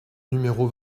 numéro